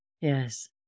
Yes